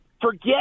Forget